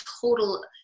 total